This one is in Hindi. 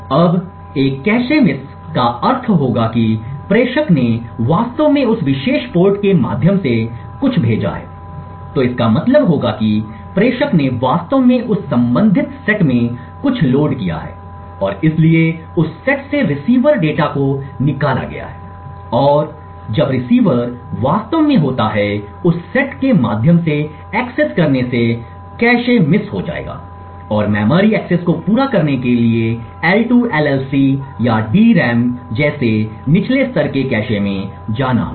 अब एक कैश मिस का अर्थ होगा कि प्रेषक ने वास्तव में उस विशेष पोर्ट के माध्यम से कुछ भेजा है तो इसका मतलब होगा कि प्रेषक ने वास्तव में उस संबंधित सेट में कुछ लोड किया है और इसलिए उस सेट से रिसीवर डेटा को निकाला गया है और इसलिए जब रिसीवर वास्तव में होता है उस सेट के माध्यम से एक्सेस करने से कैश मिस हो जाएगा और मेमोरी एक्सेस को पूरा करने के लिए L2 LLC या DRAM जैसे निचले स्तर के कैश में जाना होगा